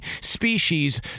species